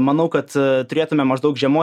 manau kad turėtume maždaug žiemos